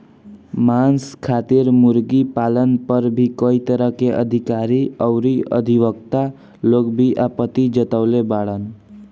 मांस खातिर मुर्गी पालन पर भी कई तरह के अधिकारी अउरी अधिवक्ता लोग भी आपत्ति जतवले बाड़न